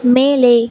மேலே